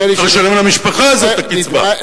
צריך לשלם למשפחה הזאת את הקצבה.